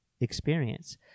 experience